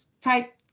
type